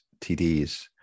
TDs